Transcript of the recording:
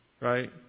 Right